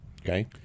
Okay